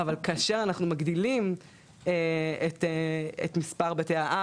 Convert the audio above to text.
אבל כאשר אנחנו מגדילים את מספר בתי האב